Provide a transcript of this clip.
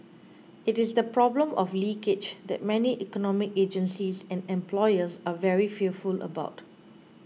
it is the problem of 'leakage' that many economic agencies and employers are very fearful about